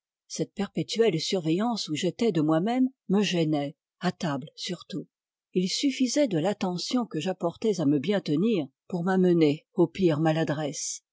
cette perpétuelle surveillance où j'étais de moi-même me gênait à table surtout il suffisait de l'attention que j'apportais à me bien tenir pour m'amener aux pires maladresses